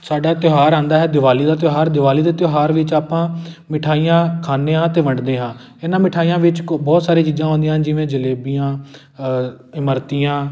ਸਾਡਾ ਤਿਉਹਾਰ ਆਉਂਦਾ ਹੈ ਦਿਵਾਲੀ ਦਾ ਤਿਉਹਾਰ ਦਿਵਾਲੀ ਦੇ ਤਿਉਹਾਰ ਵਿੱਚ ਆਪਾਂ ਮਿਠਾਈਆਂ ਖਾਂਦੇ ਹਾਂ ਅਤੇ ਵੰਡਦੇ ਹਾਂ ਇਹਨਾਂ ਮਿਠਾਈਆਂ ਵਿੱਚ ਕ ਬਹੁਤ ਸਾਰੀਆਂ ਚੀਜ਼ਾਂ ਆਉਂਦੀਆਂ ਜਿਵੇਂ ਜਲੇਬੀਆਂ ਇਮਰਤੀਆਂ